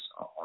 on